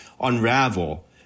unravel